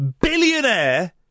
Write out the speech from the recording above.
billionaire